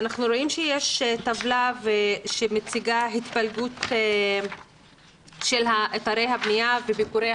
אנחנו רואים שיש טבלה שמציגה התפלגות של אתרי הבנייה וביקורי